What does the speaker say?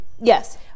Yes